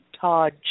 Todd